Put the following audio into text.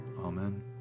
Amen